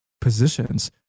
positions